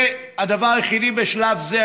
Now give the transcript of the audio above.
זה הדבר היחידי בשלב זה.